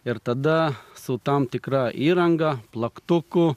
ir tada su tam tikra įranga plaktuku